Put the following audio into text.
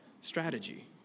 strategy